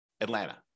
Atlanta